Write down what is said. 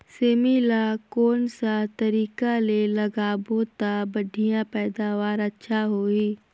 सेमी ला कोन सा तरीका ले लगाबो ता बढ़िया पैदावार अच्छा होही?